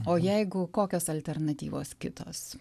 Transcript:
o jeigu kokios alternatyvos kitos